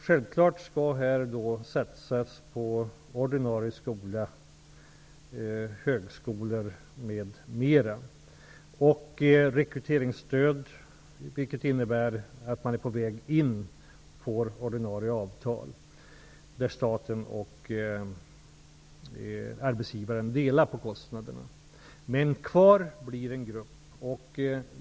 Självklart skall här satsas på ordinarie skolor och högskolor m.m. Rekryteringsstödet skall innebära att man är på väg in i ordinarie avtal och att staten och arbetsgivaren delar på kostnaderna. Men det blir kvar en grupp ungdomar.